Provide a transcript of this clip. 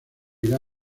irá